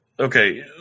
Okay